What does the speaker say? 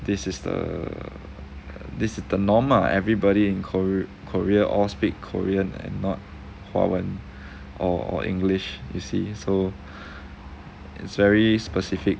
this is the this is the norm lah everybody in kor~ korea or speak korean and not 华文 or english you see so it's very specific